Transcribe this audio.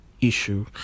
issue